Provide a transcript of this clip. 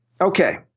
Okay